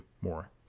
more